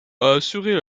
assurer